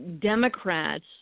Democrats